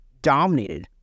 Dominated